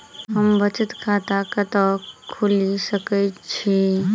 हम बचत खाता कतऽ खोलि सकै छी?